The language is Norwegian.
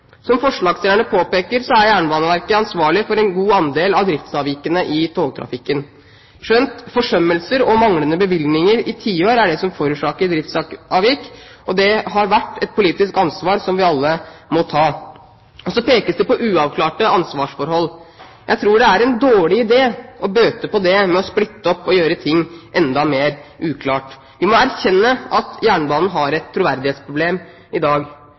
Som forslagsstillerne påpeker, er Jernbaneverket ansvarlig for en god andel av driftsavvikene i togtrafikken – skjønt forsømmelser og manglende bevilgninger i tiår er det som forårsaker driftsavvik, og det har vært et politisk ansvar som vi alle må ta. Og så pekes det på uavklarte ansvarsforhold. Jeg tror det er en dårlig idé å bøte på det med å splitte opp og gjøre ting enda mer uklare. Vi må erkjenne at jernbanen har et troverdighetsproblem i dag.